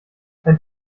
ein